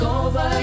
over